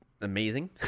amazing